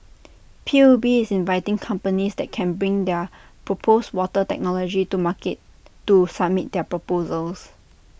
P U B is inviting companies that can bring their proposed water technology to market to submit their proposals